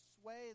sway